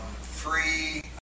free